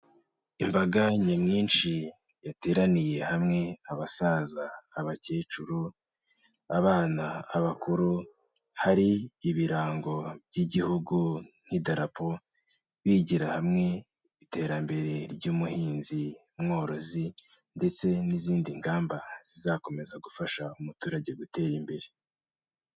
Imbaga nyamwinshi yateraniye hamwe abasaza, abakecuru, abana, abakuru hari ibirango by'igihugu nk'idarapo bigira hamwe iterambere ry'ubuhinzi mworozi ndetse n'izindi ngamba zizakomeza gufasha umuturage gutera imbere.